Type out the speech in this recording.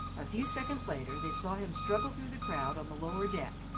a few seconds later they saw him struggle through the crowd on the lower deck,